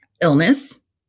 illness